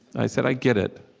i said, i get it.